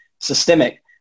systemic